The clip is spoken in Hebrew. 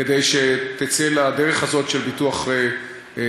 כדי שתצא לדרך הזאת של ביטוח סיעודי